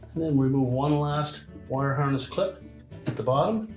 then we'll remove one last wire harness clip at the bottom.